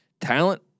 talent